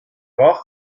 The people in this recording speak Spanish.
koch